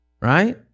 Right